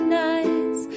nights